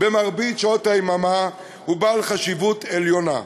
במרבית שעות היממה הוא בעל חשיבות עליונה.